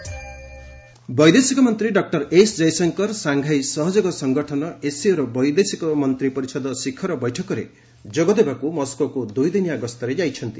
EAM Jaishankar ବୈଦେଶିକ ମନ୍ତ୍ରୀ doctor S Jaishankar Shanghai ସହଯୋଗ ସଂଗଠନ ବୈଦେଶିକ ମନ୍ତ୍ରୀ ପରିଷଦ ଶୀଖର ବୈଠକରେ ଯୋଗ ଦେବାକୁ ମସ୍କୋକୁ ଦୁଇ ଦିନ ଗସ୍ତରେ ଯାଇଛନ୍ତି